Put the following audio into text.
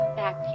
back